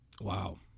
Wow